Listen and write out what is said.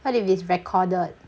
what if it's recorded